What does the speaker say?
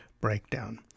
breakdown